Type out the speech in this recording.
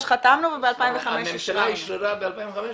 הממשלה אישררה ב-2005?